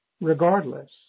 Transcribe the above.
regardless